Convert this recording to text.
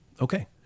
Okay